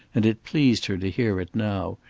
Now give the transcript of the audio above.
and it pleased her to hear it now,